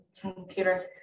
computer